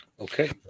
okay